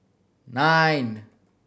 nine